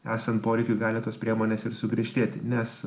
esant poreikiui gali tos priemonės ir sugriežtėti nes